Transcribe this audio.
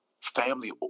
family